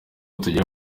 tugira